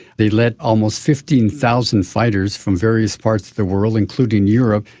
they let almost fifteen thousand fighters from various parts of the world, including europe,